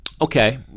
Okay